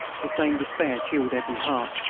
the same despair chilled every heart.